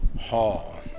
hall